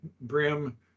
Brim